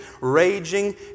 raging